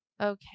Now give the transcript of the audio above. Okay